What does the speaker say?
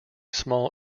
small